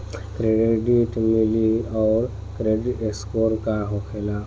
Credit limit आउर credit score का होखेला?